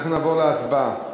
אנחנו נעבור להצבעה.